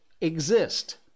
exist